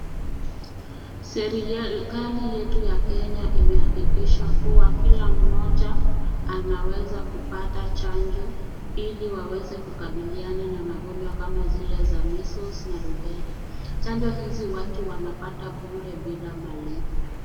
Serikali yetu ya Kenya imehakikisha kuwa kila mmoja anaweza kupata chanjo ili waweze kukabiliana na magonjwa kama zile za measules na rubella , chanjo hizi watu wanapata bure bila malipo.